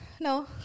no